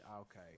okay